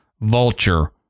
vulture